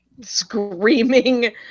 screaming